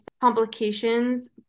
complications